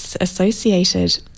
associated